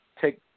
take